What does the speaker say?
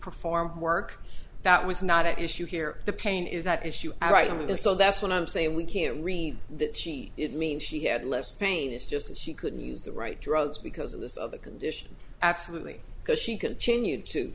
perform work that was not at issue here the pain is that issue i write about it so that's what i'm saying we can't read that she means she had less pain is just that she couldn't use the right drugs because of this of the condition absolutely because she continued to